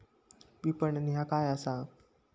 विपणन ह्या काय असा?